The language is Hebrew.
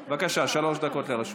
בבקשה, שלוש דקות לרשותך.